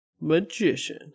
magician